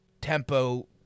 tempo